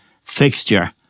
fixture